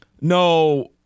No